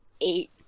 eight